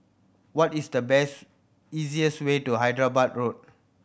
what is the best easiest way to Hyderabad Road